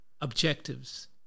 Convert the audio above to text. objectives